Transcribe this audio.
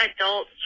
adult